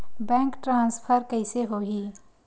Bank transfer कइसे होही?